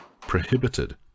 prohibited